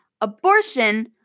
Abortion